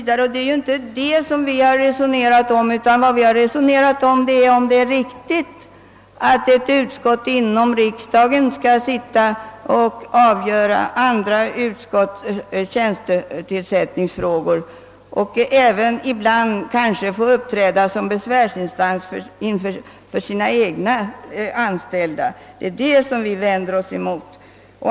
Det är emellertid inte detta vi har resonerat om, utan det är huruvida det är riktigt att ett utskott inom riksdagen skall avgöra andra utskotts tjänstetillsättningsfrågor och kanske även ibland få uppträda som besvärsinstans för sina egna anställda. Det är detta vi vänder oss emot.